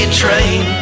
train